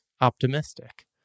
optimistic